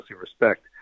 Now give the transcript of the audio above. respect